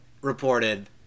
reported